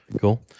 Cool